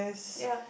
yeah